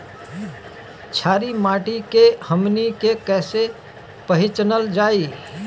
छारी माटी के हमनी के कैसे पहिचनल जाइ?